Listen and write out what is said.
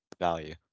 value